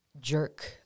jerk